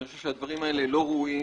אני חושב שהדברים האלה לא ראויים.